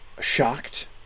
shocked